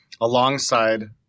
alongside